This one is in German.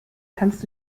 kannst